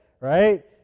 right